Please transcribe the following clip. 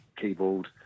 keyboard